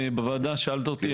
בוועדה שאלת אותי,